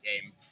game